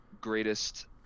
greatest